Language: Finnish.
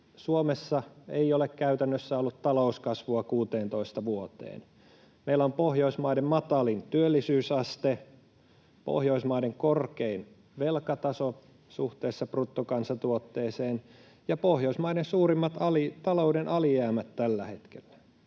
Suomessa ei ole käytännössä ollut talouskasvua 16 vuoteen. Meillä on Pohjoismaiden matalin työllisyysaste, Pohjoismaiden korkein velkataso suhteessa bruttokansantuotteeseen ja Pohjoismaiden suurimmat talouden alijäämät tällä hetkellä.